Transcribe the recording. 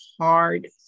hard